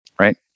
right